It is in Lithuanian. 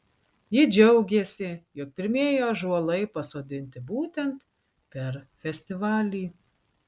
ji džiaugėsi jog pirmieji ąžuolai pasodinti būtent per festivalį